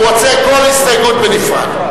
הוא רוצה כל הסתייגות בנפרד.